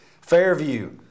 Fairview